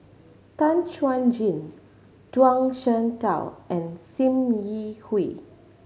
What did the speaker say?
Tan Chuan Jin Zhuang Shengtao and Sim Yi Hui